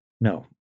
No